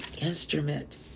instrument